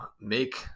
make